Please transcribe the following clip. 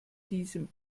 diesem